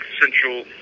Central